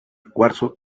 cuarzo